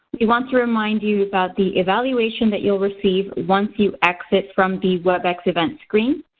we want to remind you about the evaluation that you will receive once you exit from the webex event screen.